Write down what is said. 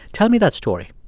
tell me that story